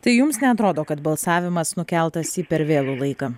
tai jums neatrodo kad balsavimas nukeltas į per vėlų laiką